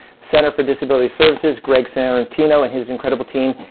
center for disability services, greg sorrentino and his incredible team.